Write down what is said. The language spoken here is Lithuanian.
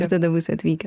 ir tada būsi atvykęs